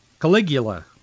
Caligula